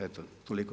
Eto toliko.